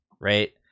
Right